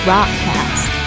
Rockcast